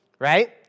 right